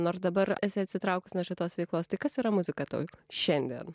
nors dabar esi atsitraukus nuo šitos veiklos tai kas yra muzika tau šiandien